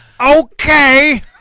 Okay